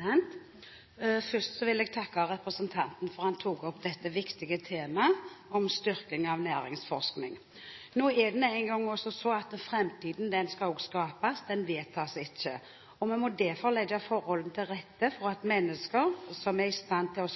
dag. Først vil jeg takke representanten for at han tok opp dette viktige temaet om styrking av næringsforskning. Nå er det engang sånn at framtiden også skal skapes, den vedtas ikke. Vi må derfor legge forholdene til rette for mennesker som er i stand til å